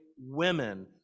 women